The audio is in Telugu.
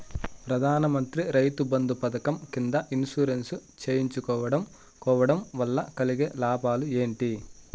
ప్రధాన మంత్రి రైతు బంధు పథకం కింద ఇన్సూరెన్సు చేయించుకోవడం కోవడం వల్ల కలిగే లాభాలు ఏంటి?